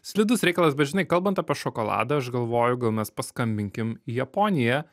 slidus reikalas bet žinai kalbant apie šokoladą aš galvoju gal mes paskambinkim į japoniją